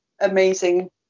amazing